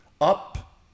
up